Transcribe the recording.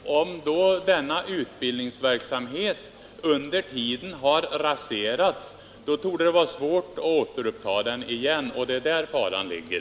Herr talman! Om denna utbildningsverksamhet har raserats under tiden torde det vara svårt att återuppta den igen. Det är där faran ligger.